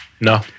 No